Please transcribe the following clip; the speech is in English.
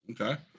Okay